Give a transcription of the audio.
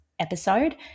Episode